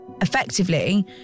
effectively